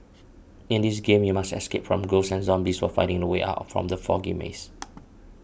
in this game you must escape from ghosts and zombies while finding the way out from the foggy maze